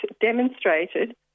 demonstrated